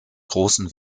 großen